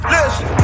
Listen